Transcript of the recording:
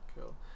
Cool